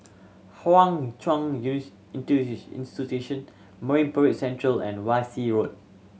Hwa Chong Institution Marine Parade Central and Wan Shih Road